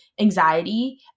anxiety